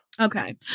Okay